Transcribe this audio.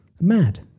Mad